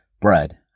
bread